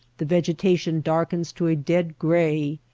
the vegetation darkens to a dead gray,